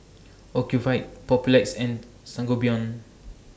Ocuvite Papulex and Sangobion